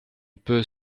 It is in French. peut